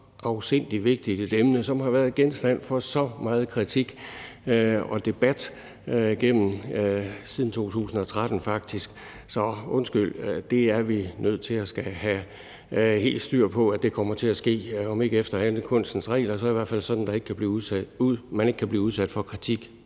så afsindig vigtigt et emne, som har været genstand for så meget kritik og debat, faktisk siden 2013. Så undskyld, det er vi nødt til at skulle have helt styr på kommer til at ske, om ikke efter alle kunstens regler, så i hvert fald sådan, at man ikke kan blive udsat for kritik